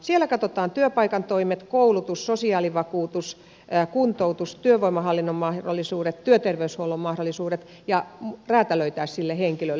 siellä katsotaan työpaikan toimet koulutus sosiaalivakuutus kuntoutus työvoimahallinnon mahdollisuudet työterveyshuollon mahdollisuudet ja se räätälöitäisiin sille henkilölle